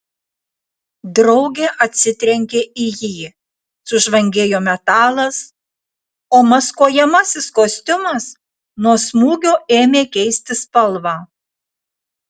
draugė atsitrenkė į jį sužvangėjo metalas o maskuojamasis kostiumas nuo smūgio ėmė keisti spalvą